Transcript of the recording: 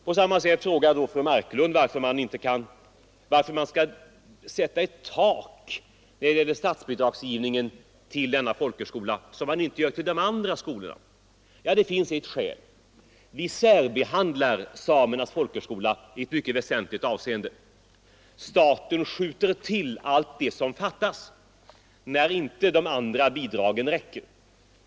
Fru Marklund frågar varför man för denna folkhögskola skall sätta ett tak när det gäller statsbidragsgivningen, vilket man inte gör för de andra skolorna. Det finns ett skäl. Vi särbehandlar Samernas folkhögskola i ett mycket väsentligt avseende; staten skjuter till det som fattas där inte de andra bidragen räcker.